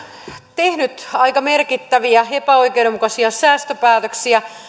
tehnyt aika merkittäviä epäoikeudenmukaisia säästöpäätöksiä